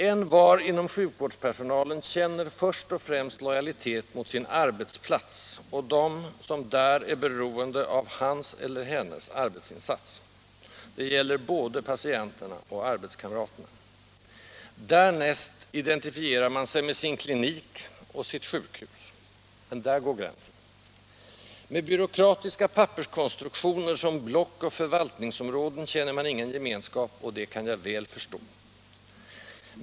Envar inom sjukvårdspersonalen känner först och främst lojalitet mot sin arbetsplats, och mot dem som där är beroende av hans eller hennes arbetsinsats: det gäller både patienterna och arbetskamraterna. Därnäst identifierar man sig med sin klinik och sitt sjukhus. Men där går gränsen. Med byråkratiska papperskonstruktioner som ”block” och ”förvaltningsområden” känner man ingen gemenskap, och det kan jag väl förstå.